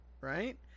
right